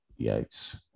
Yikes